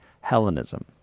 Hellenism